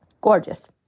Gorgeous